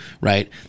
Right